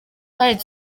kandi